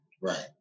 right